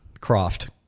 Croft